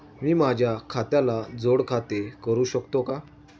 मी माझ्या खात्याला जोड खाते करू शकतो का?